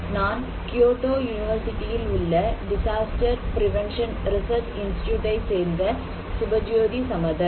நான் கியோட்டோ யுனிவர்சிட்டியில் உள்ள டிசாஸ்டர் பிரேவென்ஷன் ரிசர்ச் இன்ஸ்ட்யூட் ஐ சேர்ந்த சிவஜோதி சமதர்